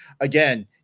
again